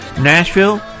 Nashville